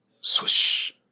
Swish